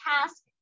task